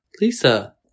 Lisa